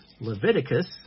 Leviticus